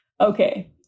Okay